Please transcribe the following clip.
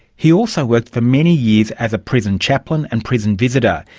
he also worked for many years as a prison chaplain and prison visitor.